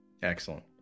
excellent